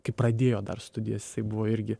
kai pradėjo dar studijas jisai buvo irgi